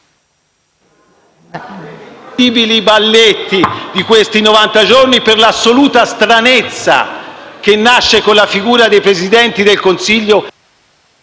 balletti di questi novanta giorni e per l'assoluta stranezza che nasce con la figura dei "Presidenti del Consiglio